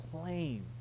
claim